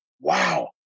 Wow